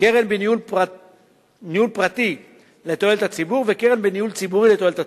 קרן בניהול פרטי לתועלת הציבור וקרן בניהול ציבורי לתועלת הציבור.